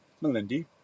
Melindy